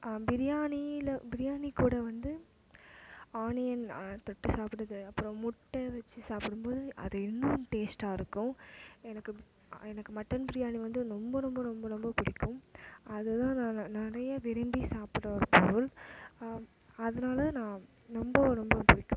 பிரியாணியில் பிரியாணி கூட வந்து ஆனியன் தொட்டு சாப்புடறது அப்றம் முட்டை வச்சு சாப்பிடும் போது அது இன்னும் டேஸ்டாகருக்கும் எனக்கு எனக்கு மட்டன் பிரியாணி வந்து ரொம்ப ரொம்ப ரொம்ப ரொம்ப பிடிக்கும் அதுதான் நான் நான் நிறையா விரும்பி சாப்புடுற ஒரு பொருள் அதனால நான் ரொம்ப ரொம்ப பிடிக்கும்